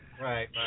Right